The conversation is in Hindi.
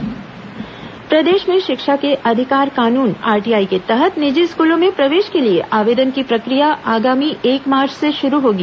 आरटीई स्कूल प्रवेश प्रदेश में शिक्षा के अधिकार कानून आरटीई के तहत निजी स्कूलों में प्रवेश के लिए आवेदन की प्रक्रिया आगामी एक मार्च से शुरू होगी